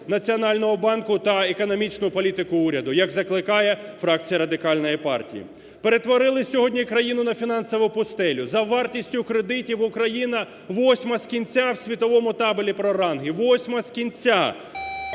Національного банку та економічну політику уряду, як закликає фракція Радикальної партії. Перетворили сьогодні країну на фінансову пустелю, за вартістю кредитів Україна восьма з кінця в світовому табелі про ранги, восьма з кінця!